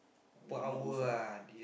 I mean not worth ah